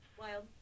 Wild